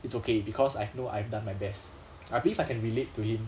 it's okay because I know I've done my best I believe I can relate to him